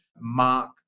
mark